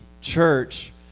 church